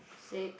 six